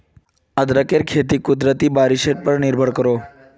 अदरकेर खेती कुदरती बारिशेर पोर निर्भर करोह